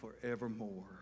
forevermore